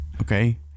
Okay